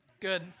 Good